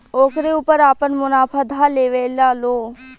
ओकरे ऊपर आपन मुनाफा ध लेवेला लो